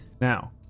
Now